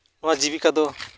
ᱚᱱᱟ ᱡᱤᱵᱤᱠᱟ ᱫᱚ